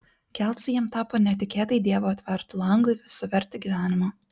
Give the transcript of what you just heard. kelcai jam tapo netikėtai dievo atvertu langu į visavertį gyvenimą